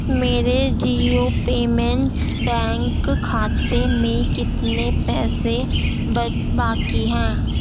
میرے Jio payments bank کھاتے میں کتنے پیسے باقی ہیں